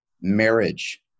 marriage